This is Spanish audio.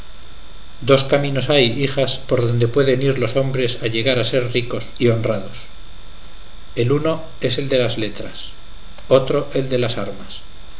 dos caminos hay hijas por donde pueden ir los hombres a llegar a ser ricos y honrados el uno es el de las letras otro el de las armas